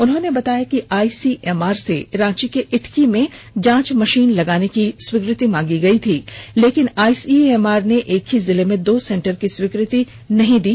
उन्होंने बताया कि आईसीएमआर से रांची के इटकी में जांच मशीन लगाने की स्वीकृति मांगी गई थी लेकिन आईसीएमआर ने एक ही जिले में दो सेंटर की स्वीकृति नहीं दी